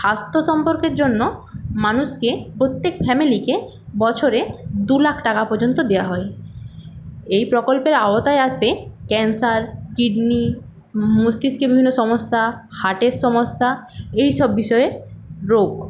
স্বাস্থ্য সম্পর্কের জন্য মানুষকে প্রত্যেক ফ্যামিলিকে বছরে দু লাখ টাকা পর্যন্ত দেওয়া হয় এই প্রকল্পের আওতায় আসে ক্যানসার কিডনি মস্তিষ্কের বিভিন্ন সমস্যা হার্টের সমস্যা এইসব বিষয়ে রোগ